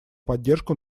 поддержку